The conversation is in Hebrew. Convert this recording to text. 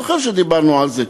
זוכר שדיברנו על זה?